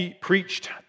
preached